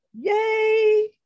Yay